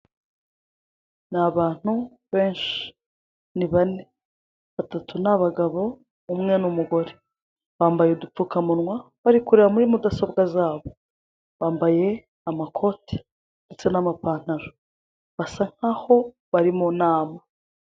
Ni abantu benshi. Ni bane. Batatu ni abagabo, umwe ni umugore. Bambaye udupfukamunwa, bari kureba muri mudasobwa zabo. Bambaye amakote ndetse n'amapantaro, basa nk'aho bari mu nama.